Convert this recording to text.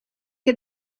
heb